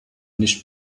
nicht